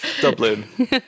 Dublin